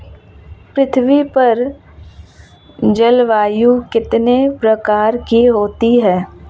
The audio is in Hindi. पृथ्वी पर जलवायु कितने प्रकार की होती है?